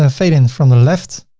ah fade in from the left,